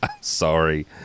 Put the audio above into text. sorry